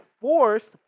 forced